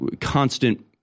constant